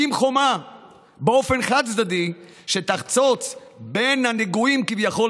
הקים באופן חד-צדדי חומה שתחצוץ בין הנגועים כביכול